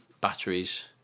batteries